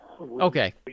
okay